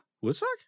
woodstock